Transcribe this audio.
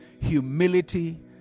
humility